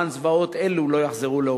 למען לא יחזרו זוועות אלו לעולם.